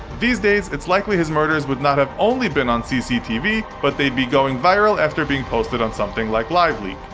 these days it's likely his murders would not have only been on cctv but they'd be going viral after being posted on something like liveleak.